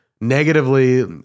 negatively